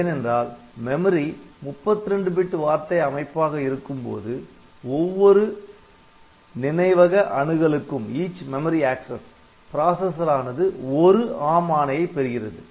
ஏனென்றால் memory 32 bit வார்த்தை அமைப்பாக இருக்கும்போது ஒவ்வொரு நினைவக அணுகலுக்கும் பிராசசர் ஆனது ஒரு ARM ஆணையை பெறுகிறது